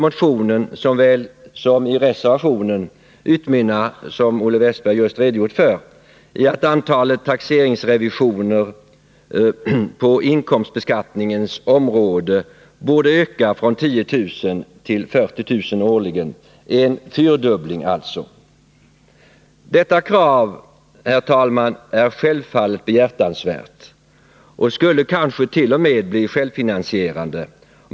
Motionen liksom reservationen utmynnar, som Olle Westberg nyss redogjort för, i kravet att antalet taxeringsrevisioner på inkomstbeskattningens område skall öka från 10 000 till 40 000 årligen — alltså en fyrdubbling. Detta krav, herr talman, är självfallet behjärtansvärt, och åtgärden skulle kanske t.o.m. bli självfinan sierande.